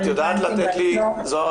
זהר,